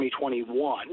2021